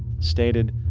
stated.